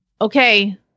Okay